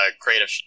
creative